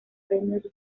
premios